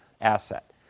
asset